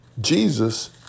Jesus